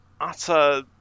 utter